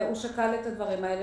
הוא שקל את דברים האלה.